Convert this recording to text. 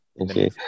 Okay